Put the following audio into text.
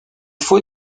faut